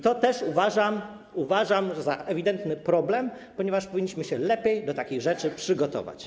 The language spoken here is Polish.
I to też uważam za ewidentny problem, ponieważ powinniśmy się lepiej do takich rzeczy przygotować.